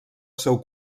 seu